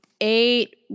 eight